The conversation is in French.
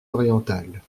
orientales